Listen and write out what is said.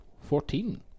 fourteen